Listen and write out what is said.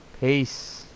peace